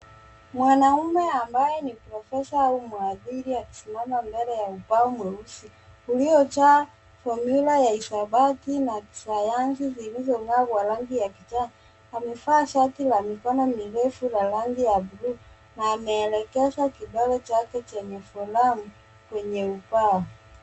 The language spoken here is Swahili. Mwanaume ambaye ni profesa au mhadhiri akisimama mbele ya ubao mweusi uliojaa fomyula ya hisabati na kisayansi zilizo ng'aa kwa rangi ya kichaa, amevaa shati la mikono mirefu la rangi ya bluu na ame elekeza kidole chake chenye fula kwenye ubao.